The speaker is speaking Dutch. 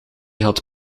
had